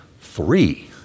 Three